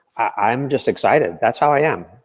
i'm just excited, that's how i am.